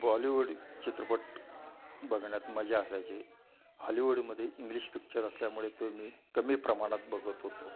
बॉलिवूड चित्रपट बघण्यात मजा असायची हॉलिवूडमध्ये इंग्लिश पिक्चर असल्यामुळे तो मी कमी प्रमाणात बघत होतो